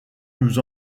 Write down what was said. nous